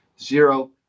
zero